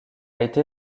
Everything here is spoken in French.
été